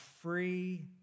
free